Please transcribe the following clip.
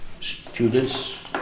Students